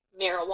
marijuana